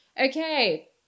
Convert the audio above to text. okay